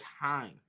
time